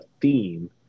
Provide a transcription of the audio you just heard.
theme